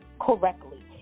correctly